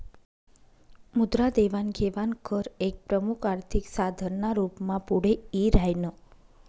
मुद्रा देवाण घेवाण कर एक प्रमुख आर्थिक साधन ना रूप मा पुढे यी राह्यनं